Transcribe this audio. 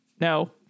No